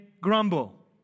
grumble